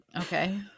Okay